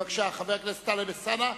בבקשה, חבר הכנסת טלב אלסאנע.